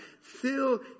Fill